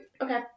Okay